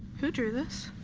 who drew this?